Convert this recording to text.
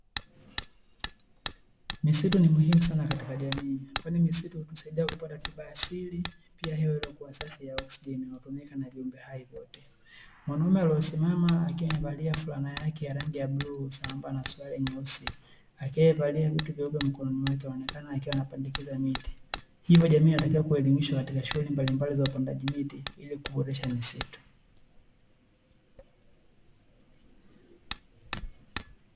Misitu ni muhimu sana katika jamii, kwani misitu husaidia kupata tiba asili, pia hewa iliyokuwa safi ya oksijeni inayotumika na viumbe hai wote. Mwanaume aliyesimama akiwa amevaliwa fulana yake ya rangi ya bluu sambamba na suruali nyeusi akiwa amevaliwa vitu vyeupe mkononi mwake akionekana akiwa anapandikiza miti. Hivyo jamii inatakiwa kuelimishwa katika shughuli mbalimbali za upandaji miti ili kuboresha misitu.